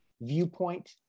viewpoint